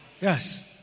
Yes